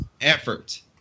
effort